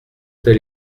tel